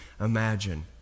imagine